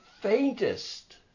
faintest